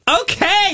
Okay